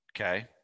Okay